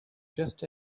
just